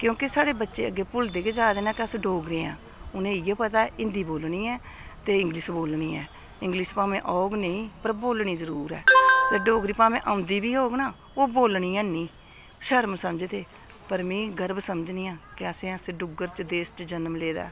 क्योंकि साढ़े बच्चे अग्गें भुलदे गै जा दे न कि अस डोगरे आं उ'नेंगी इ'यै पता ऐ हिंदी बोलनी ऐ ते इंग्लिश बोलनी ऐ इंग्लिश भामें औग नेईं पर बोलनी जरूर ऐ ते डोगरी भामें औंदी बी होग ना ओह् बोलनी हैनी शर्म समझदे पर मी गर्व समझनी आं कि असें डुग्गर च देश च जनम लेदा ऐ